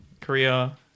Korea